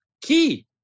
key